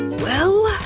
well,